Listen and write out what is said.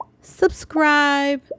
subscribe